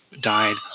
died